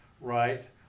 right